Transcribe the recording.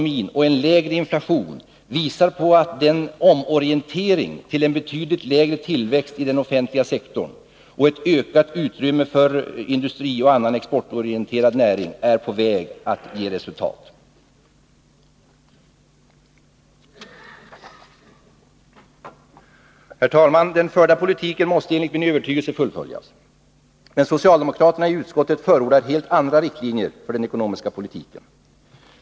Men lägre inflation visar på att en omorientering till en betydligt lägre tillväxt i den politiken, m.m. offentliga sektorn och ett ökat utrymme för industrin och annan exportorienterad näring är på väg att ge resultat. Herr talman! Den förda politiken måste enligt min övertygelse fullföljas. Men socialdemokraterna i utskottet förordar helt andra riktlinjer för den ekonomiska politiken.